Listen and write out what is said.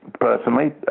personally